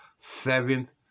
Seventh